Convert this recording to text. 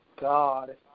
God